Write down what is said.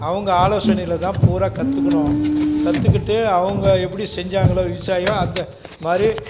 அவங்க ஆலோசனையில் தான் பூரா கற்றுக்குனோம் கற்றுக்கிட்டு அவங்க எப்படி செஞ்சாங்களோ விவசாயம் அந்த மாதிரி